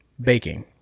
baking